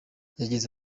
yagize